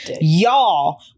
y'all